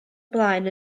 blaen